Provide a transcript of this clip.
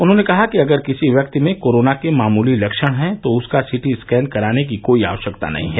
उन्होंने कहा कि अगर किसी व्यक्ति में कोरोना के मामूली लक्षण हैं तो उसका सीटी स्कैन कराने की कोई आवश्यकता नहीं है